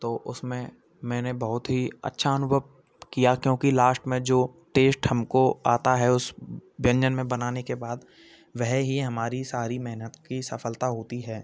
तो उसमें मैंने बहुत ही अच्छा अनुभव किया क्योंकि लाश्ट में जो टेस्ट हमको आता है उस व्यंजन में बनाने के बाद वह ही हमारी सारी मेहनत की सफलता होती है